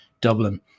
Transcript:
Dublin